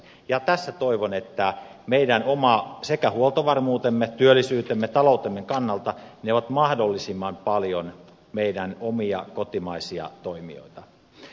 ja tässä toivon että niin meidän oman huoltovarmuutemme työllisyytemme kuin taloutemme kannalta ne ovat mahdollisimman paljon omia kotimaisia toimijoita